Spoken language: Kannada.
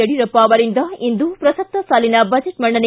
ಯಡಿಯೂರಪ್ಪ ಅವರಿಂದ ಇಂದು ಪ್ರಸಕ್ತ ಸಾಲಿನ ಬಜೆಟ್ ಮಂಡನೆ